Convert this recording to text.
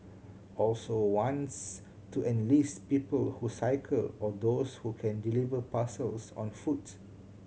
also wants to enlist people who cycle or those who can deliver parcels on foot